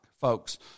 folks